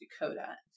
Dakota